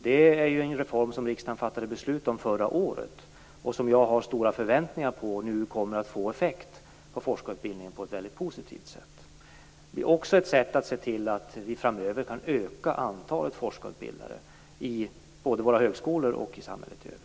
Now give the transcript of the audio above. Det är ju en reform som riksdagen fattade beslut om förra året, och jag har stora förväntningar på att den kommer att få effekt på forskarutbildningen på ett mycket positivt sätt. Det är också ett sätt att se till att vi framöver kan öka antalet forkarsutbildade både i våra högskolor och i samhället i övrigt.